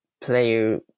player